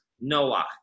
Noah